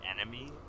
enemy